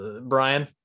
Brian